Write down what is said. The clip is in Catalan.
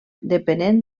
depenent